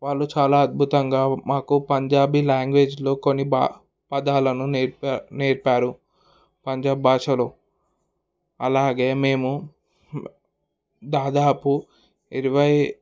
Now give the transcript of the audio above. వాళ్ళు చాలా అద్భుతంగా మాకు పంజాబీ లాంగ్వేజ్లో కొన్ని పదాలను నేర్పా నేర్పారు పంజాబ్ భాషలో అలాగే మేము దాదాపు ఇరవై